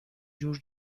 جور